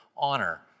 honor